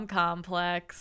complex